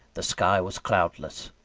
the sky was cloudless.